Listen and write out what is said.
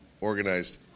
organized